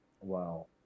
wow